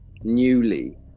newly